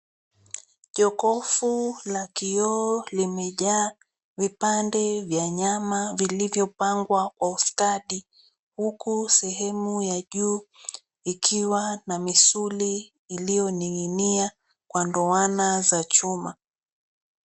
Jokofu la kioo limejaa vipande vya nyama vilivyopangwa kwa ustadi, huku sehemu ya juu ikiwa na misuli iliyonig'inia kwa ndoana za chuma.